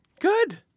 Good